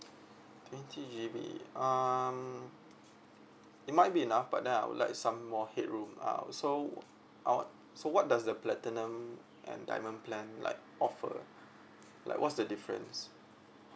twenty G_B um it might be enough but then I would like some more headroom uh so uh so what does the platinum and diamond plan like offer like what's the difference